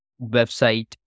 website